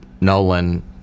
nolan